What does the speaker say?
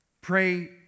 pray